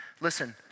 listen